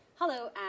Hello